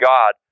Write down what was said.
God